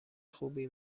خوبی